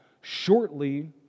shortly